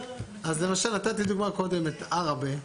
למשל נתתי דוגמה קודם את עראבה,